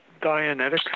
Dianetics